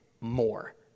more